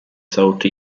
salty